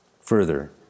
Further